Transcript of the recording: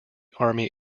army